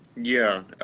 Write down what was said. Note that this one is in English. yeah.